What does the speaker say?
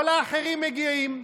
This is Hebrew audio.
כל האחרים מגיעים.